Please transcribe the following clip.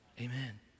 Amen